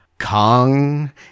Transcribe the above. Kong